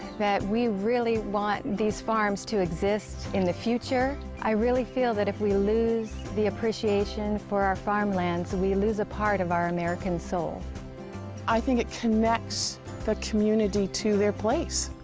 that we really want these farms to exist in the future. i really feel that if we lose the appreciation for our farm lands, we lose a part of our american soul. and i think it connects the community to their place.